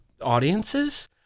audiences